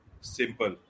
simple